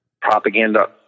propaganda